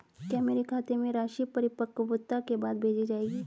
क्या मेरे खाते में राशि परिपक्वता के बाद भेजी जाएगी?